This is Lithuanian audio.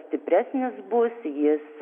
stipresnis bus jis